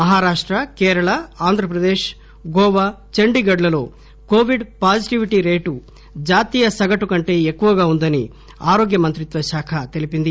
మహారాష్ట కేరళ ఆంధ్రప్రదేశ్ గోవా చండీగఢ్ లలో Covid positivity rate జాతీయ సగటు కంటే ఎక్కువగా వుందని ఆరోగ్య మంత్రిత్వశాఖ తెలిపింది